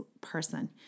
person